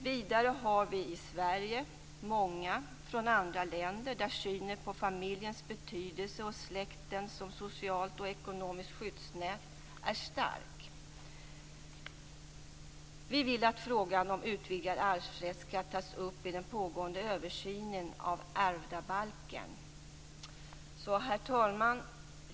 Vidare har vi i Sverige många människor från andra länder, där synen på familjens betydelse och släkten som socialt och ekonomiskt skyddsnät är stark. Vi vill att frågan om utvidgad arvsrätt skall tas upp i den pågående översynen av ärvdabalken. Herr talman!